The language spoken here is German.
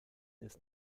ist